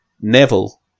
Neville